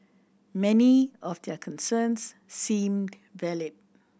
many of their concerns seemed valid